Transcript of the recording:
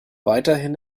weiterhin